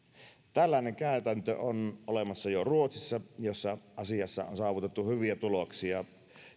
tällainen käytäntö on olemassa jo ruotsissa jossa asiassa on saavutettu hyviä tuloksia